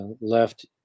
left